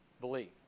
believe